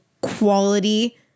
quality